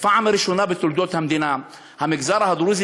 בפעם הראשונה בתולדות המדינה המגזר הדרוזי